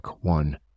one